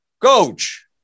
Coach